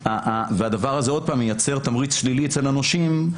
הדבר הזה מייצר תמריץ שלילי אצל הנושים.